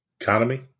economy